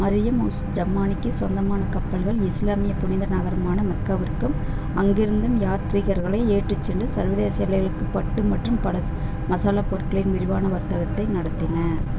மரியம் உஸ் ஜமானிக்கு சொந்தமான கப்பல்கள் இஸ்லாமிய புனித நகரமான மெக்காவிற்கும் அங்கிருந்தும் யாத்ரீகர்களை ஏற்றிச் சென்று சர்வதேச எல்லைகளுக்கு பட்டு மற்றும் பல மசாலாப் பொருட்களின் விரிவான வர்த்தகத்தை நடத்தின